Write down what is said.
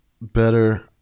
better